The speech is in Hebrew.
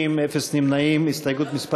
שיקום שכונות חברתי במגזר הערבי,